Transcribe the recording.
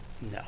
No